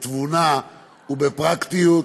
בתבונה ובפרקטיות,